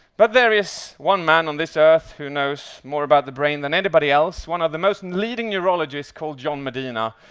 but there is one man on this earth who knows more about the brain than anybody else, one of the most leading neurologists called john medina,